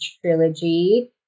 Trilogy